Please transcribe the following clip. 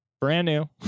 Brand-new